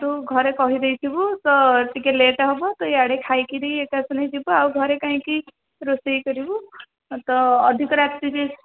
ତୁ ଘରେ କହିଦେଇଥିବୁ ତ ଏତିକି ଲେଟ୍ ହବ ତ ଇଆଡ଼େ ଖାଇକିରି ଏକା ଥନେ ଯିବୁ ଆଉ ଘରେ କାଇଁକି ରୋଷେଇ କରିବୁ ଏତେ ଅଧିକ ରାତିରେ